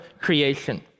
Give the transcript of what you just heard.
creation